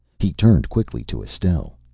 he turned quickly to estelle.